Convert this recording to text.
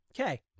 okay